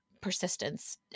persistence